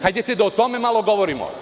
Hajde da o tome malo govorimo.